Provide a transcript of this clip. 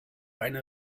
eine